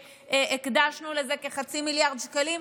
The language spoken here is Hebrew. והקדשנו לזה כחצי מיליארד שקלים.